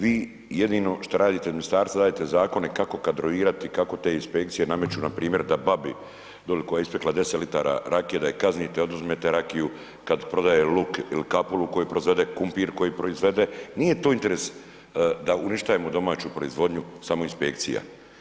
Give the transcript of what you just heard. Vi jedino što radite u ministarstvu, radite zakone kako kadrovirati, kako te inspekcije nameću npr. da babi dole koja je ispekla 10 litara rakije, oduzmete rakiju, kad prodaje luk ili kapulu koju proizvede, krumpir koji proizvede, nije tu interes sa uništavamo domaću proizvodnju samo inspekcija.